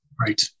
Right